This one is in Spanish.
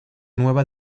nueva